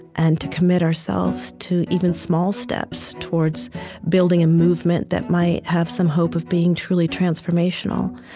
and to commit ourselves to even small steps towards building a movement that might have some hope of being truly transformational.